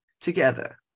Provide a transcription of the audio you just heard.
together